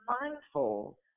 mindful